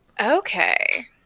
Okay